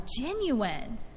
genuine